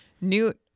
Newt